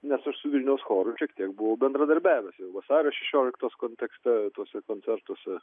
nes aš su vilniaus choru šiek tiek buvau bendradarbiavęs jau vasario šešioliktos kontekste čia koncertuose